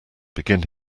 begin